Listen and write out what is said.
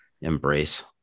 Embrace